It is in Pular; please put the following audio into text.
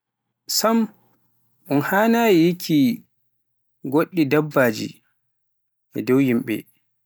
sam un haanayi, yikki goɗɗi dabbaji dow yimbe.